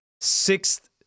sixth